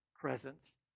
presence